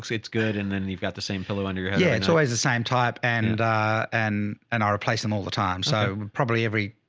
it's good. and then you've got the same pillow under your head. yeah it's always the same type and and, and are replace them all the time. so probably every